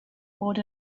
bod